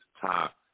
top